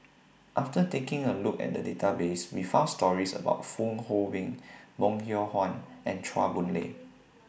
after taking A Look At The Database We found stories about Fong Hoe Beng Bong Hiong Hwa and Chua Boon Lay